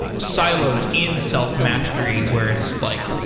ah silo's in self-mastery where it's like,